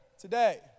today